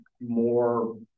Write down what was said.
more